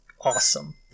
awesome